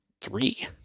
three